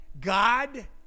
God